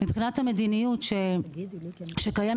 מבחינת המדיניות הקיימת,